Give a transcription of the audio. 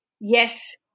yes